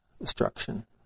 Destruction